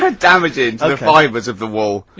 ah damaging the fibres of the wool.